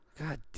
God